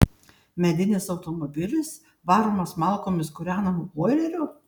medinis automobilis varomas malkomis kūrenamu boileriu